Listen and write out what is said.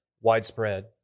widespread